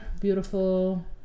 beautiful